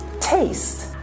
taste